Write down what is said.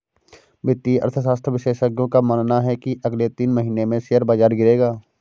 वित्तीय अर्थशास्त्र विशेषज्ञों का मानना है की अगले तीन महीने में शेयर बाजार गिरेगा